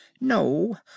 No